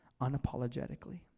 unapologetically